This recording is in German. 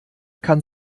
kann